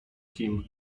kim